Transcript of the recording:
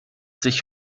sich